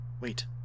Wait